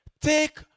Take